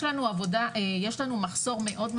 יש לנו מחסור מאוד,